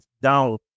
down